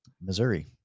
Missouri